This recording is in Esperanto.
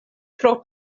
pro